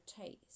taste